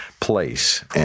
place